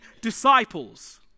disciples